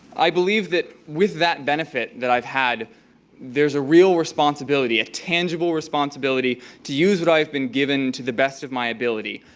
i believe that with that benefit that i've had there's a real responsibility, a tangible responsibility, to use what i've been given to the best of my ability,